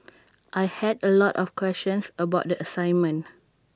I had A lot of questions about the assignment